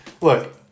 look